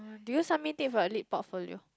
do you submit it for a late portfolio